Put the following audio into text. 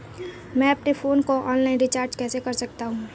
मैं अपने फोन को ऑनलाइन रीचार्ज कैसे कर सकता हूं?